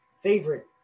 favorite